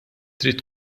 trid